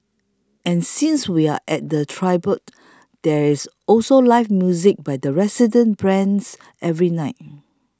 and since we're at Timbre there's also live music by resident bands every night